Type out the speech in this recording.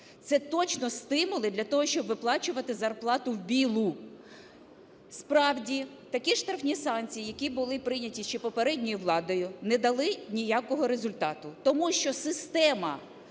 Це точно стимули для того, щоб виплачувати зарплату "білу". Справді, такі штрафні санкції, які були прийняті ще попередньою владою, не дали ніякого результату, тому що система